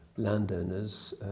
landowners